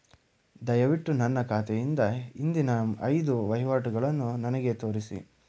ದಯವಿಟ್ಟು ನನ್ನ ಖಾತೆಯಿಂದ ಹಿಂದಿನ ಐದು ವಹಿವಾಟುಗಳನ್ನು ನನಗೆ ತೋರಿಸಿ